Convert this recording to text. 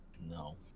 No